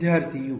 ವಿದ್ಯಾರ್ಥಿ U